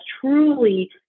truly